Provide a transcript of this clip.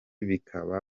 bikaba